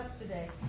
today